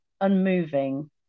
unmoving